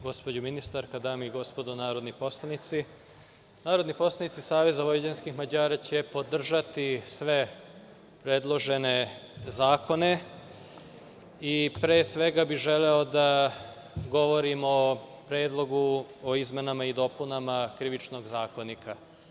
Gospođo ministarka, dame i gospodo narodni poslanici, SVM će podržati sve predložene zakone, i pre svega bih želeo da govorim o Predlogu o izmenama i dopunama Krivičnog zakonika.